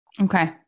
Okay